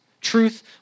Truth